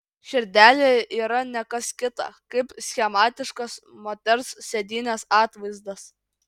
širdelė yra ne kas kita kaip schematiškas moters sėdynės atvaizdas